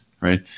right